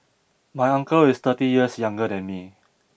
my uncle is thirty years younger than me